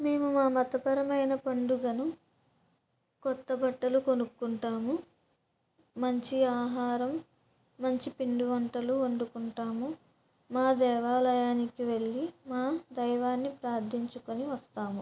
మేము మా మతపరమైన పండుగను కొత్త బట్టలు కొనుక్కుంటాము మంచి ఆహారం మంచి పిండి వంటలు వండుకుంటాము మా దేవాలయానికి వెళ్ళి మా దైవాన్ని ప్రార్థించుకుని వస్తాము